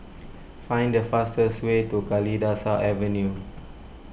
find the fastest way to Kalidasa Avenue